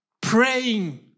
praying